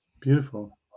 Beautiful